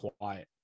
quiet